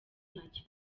ntacyo